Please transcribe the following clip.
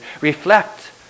Reflect